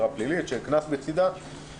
שיש קנס בצדה.